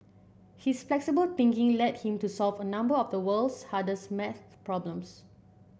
his flexible thinking led him to solve a number of the world's hardest maths problems